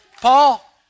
Paul